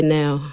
now